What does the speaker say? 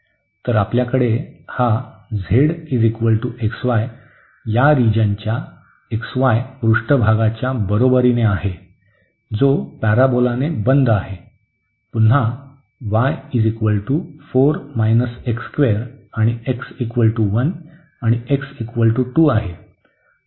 तर आपल्याकडे हा z xy या रिजनच्या xy पृष्ठभागाच्या बरोबरीने आहे जो पॅरोबोलाने बंद आहे पुन्हा y आणि x 1 आणि x 2 आहे